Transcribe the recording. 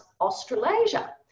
Australasia